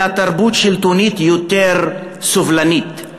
לתרבות שלטונית יותר סובלנית,